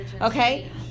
okay